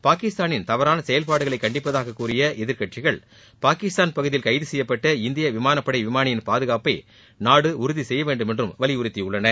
பாகிஸ்தானின் தவறான செயல்பாடுகளை கண்டிப்பதாக கூறிய எதிர்க்கட்சிகள் பாகிஸ்தான் பகுதியில் கைதசெய்யப்பட்ட இந்திய விமானப்படை விமானியின் பாதுகாப்பை நாடு உறுதிசெய்யவேண்டும் என்றும் வலியுறுத்தியுள்ளன